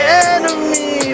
enemy